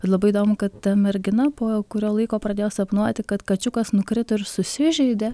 labai įdomu kad ta mergina po kurio laiko pradėjo sapnuoti kad kačiukas nukrito ir susižeidė